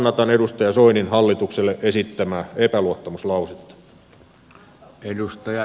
kannatan edustaja soinin hallitukselle esittämää epäluottamuslausetta